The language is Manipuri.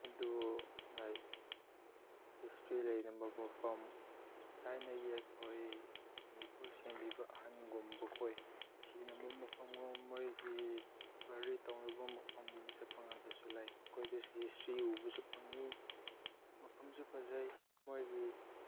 ꯑꯗꯨ ꯂꯥꯏꯛ ꯍꯤꯁꯇ꯭ꯔꯤ ꯂꯩꯔꯝꯕ ꯃꯐꯝ ꯊꯥꯏꯅꯒꯤ ꯑꯩꯈꯣꯏ ꯃꯅꯤꯄꯨꯔ ꯁꯦꯝꯕꯤꯕ ꯑꯍꯟꯒꯨꯝꯕ ꯈꯣꯏ ꯁꯤꯅꯕ ꯃꯐꯝ ꯃꯣꯏꯒꯤ ꯕꯔꯤ ꯇꯧꯅꯕ ꯃꯐꯝ ꯑꯁꯦ ꯄꯥꯡꯉꯜꯗꯁꯨ ꯂꯩ ꯑꯩꯈꯣꯏꯗꯁꯨ ꯍꯤꯁꯇ꯭ꯔꯤ ꯎꯕꯁꯨ ꯐꯪꯉꯤ ꯃꯐꯝꯁꯨ ꯐꯖꯩ ꯃꯣꯏꯒꯤ